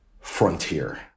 frontier